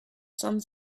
some